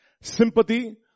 sympathy